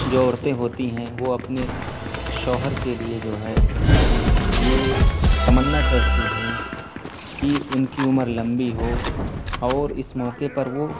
جو عورتیں ہوتی ہیں وہ اپنے شوہر کے لیے جو ہے یہ تمنّا کرتی ہیں کہ ان کی عمر لمبی ہو اور اس موقعے پر وہ